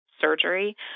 surgery